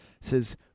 says